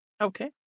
okay